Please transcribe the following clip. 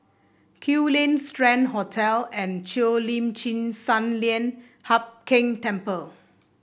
Kew Lane Strand Hotel and Cheo Lim Chin Sun Lian Hup Keng Temple